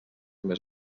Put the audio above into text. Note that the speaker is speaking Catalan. més